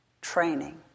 Training